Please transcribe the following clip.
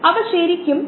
ഇത് സമാനമായ ഒന്നാണ്